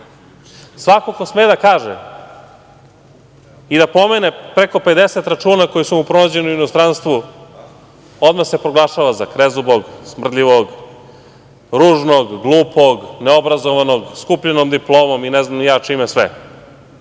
Svako ko sme da kaže i da pomene preko 50 računa koji su mu pronađeni u inostranstvu, odmah se proglašava za krezubog, smrdljivog, ružnog, glupog, neobrazovanog, s kupljenom diplomom i ne znam ni ja čime